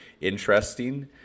interesting